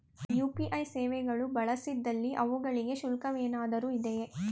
UPI ಸೇವೆಗಳು ಬಳಸಿದಲ್ಲಿ ಅವುಗಳಿಗೆ ಶುಲ್ಕವೇನಾದರೂ ಇದೆಯೇ?